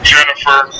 Jennifer